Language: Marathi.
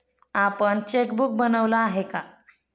आपण चेकबुक बनवलं आहे का?